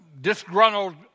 disgruntled